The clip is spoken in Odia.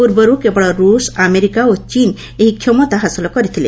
ପୂର୍ବରୁ କେବଳ ରୁଷ ଆମେରିକା ଓ ଚୀନ ଏହି କ୍ଷମତା ହାସଲ କରିଥିଲେ